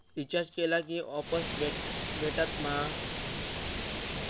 Recharge केला की offers भेटात मा?